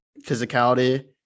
physicality